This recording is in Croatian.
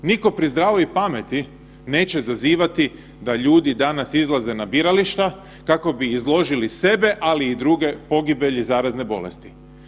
Niko pri zdravoj pameti neće zazivati da ljudi danas izlaze na birališta kako bi izložili sebe, ali i druge pogibelji zarazne bolesti.